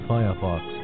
Firefox